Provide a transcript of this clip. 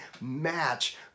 match